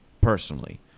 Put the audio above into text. personally